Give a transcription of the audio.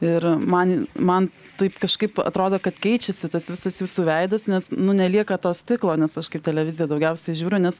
ir man man taip kažkaip atrodo kad keičiasi tas visas jūsų veidas nes nu nelieka to stiklo nes aš kaip televiziją daugiausiai žiūriu nes